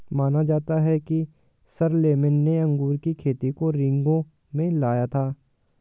माना जाता है कि शारलेमेन ने अंगूर की खेती को रिंगौ में लाया था